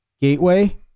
Gateway